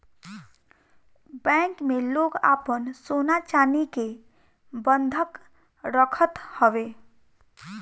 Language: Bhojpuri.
बैंक में लोग आपन सोना चानी के बंधक रखत हवे